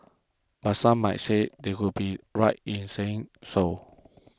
but some might say they would be right in saying so